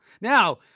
Now